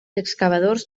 excavadors